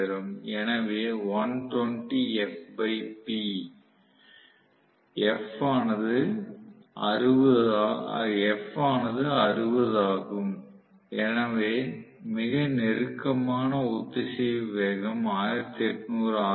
எனவே f ஆனது 60 ஆகும் எனவே மிக நெருக்கமான ஒத்திசைவு வேகம் 1800 ஆர்